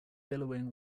billowing